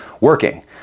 working